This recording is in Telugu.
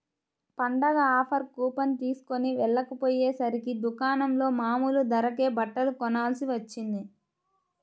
పండగ ఆఫర్ కూపన్ తీస్కొని వెళ్ళకపొయ్యేసరికి దుకాణంలో మామూలు ధరకే బట్టలు కొనాల్సి వచ్చింది